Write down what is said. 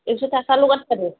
एकस' थाखाल' गारथारो